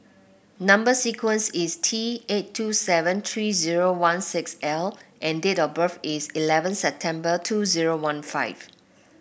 number sequence is T eight two seven three zero one six L and date of birth is eleven September two zero one five